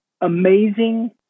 Amazing